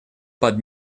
под